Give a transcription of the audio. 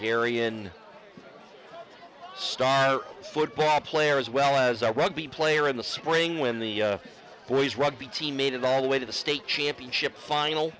in stock football player as well as a rugby player in the spring when the rugby team made it all the way to the state championship final